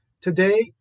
Today